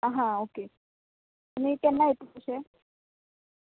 आं हां ओके आनी केन्ना येतलीं तशें